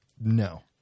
No